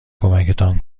کمکتان